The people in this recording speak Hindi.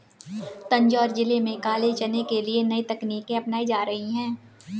तंजौर जिले में काले चने के लिए नई तकनीकें अपनाई जा रही हैं